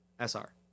SR